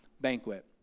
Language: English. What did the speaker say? banquet